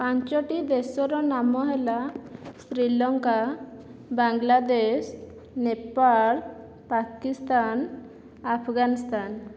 ପାଞ୍ଚଟି ଦେଶର ନାମ ହେଲା ଶ୍ରୀଲଙ୍କା ବାଂଲାଦେଶ ନେପାଳ ପାକିସ୍ତାନ ଆଫଗାନିସ୍ତାନ